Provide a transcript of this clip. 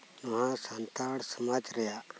ᱱᱚᱶᱟ ᱥᱟᱱᱛᱟᱲ ᱥᱚᱢᱟᱡᱽ ᱨᱮᱭᱟᱜ